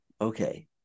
okay